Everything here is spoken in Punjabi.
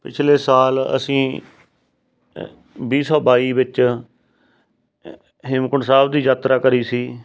ਪਿਛਲੇ ਸਾਲ ਅਸੀਂ ਵੀਹ ਸੌ ਬਾਈ ਵਿੱਚ ਹੇਮਕੁੰਡ ਸਾਹਿਬ ਦੀ ਯਾਤਰਾ ਕਰੀ ਸੀ